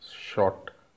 short